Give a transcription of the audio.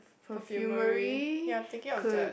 perfumery ya I'm thinking of that